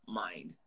mind